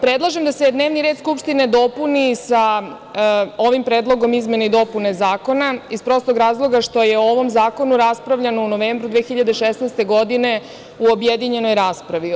Predlažem da se dnevni red Skupštine dopuni sa ovim Predlogom izmena i dopuna zakona, iz prostog razloga što je o ovom zakonu raspravljano u novembru 2016. godine u objedinjenoj raspravi.